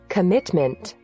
Commitment